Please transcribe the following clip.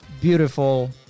beautiful